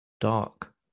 dark